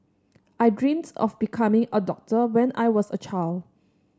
I dreamt of becoming a doctor when I was a child